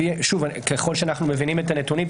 ככל שאנחנו מבינים את הנתונים,